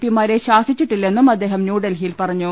P മാരെ ശാസിച്ചിട്ടില്ലെന്നും അദ്ദേഹം ന്യൂഡൽഹിയിൽ പറ ഞ്ഞു